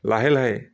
লাহে লাহে